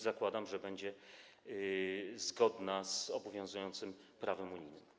Zakładam, że będzie ona zgodna z obowiązującym prawem unijnym.